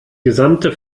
gesamte